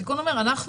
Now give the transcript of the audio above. תיקון אומר שהנטל,